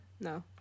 No